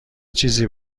چیزی